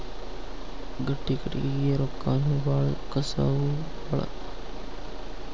ಗಟ್ಟಿ ಕಟಗಿಗೆ ರೊಕ್ಕಾನು ಬಾಳ ಕಸುವು ಬಾಳ